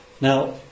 now